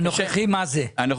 מה זה המס הנוכחי?